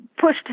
pushed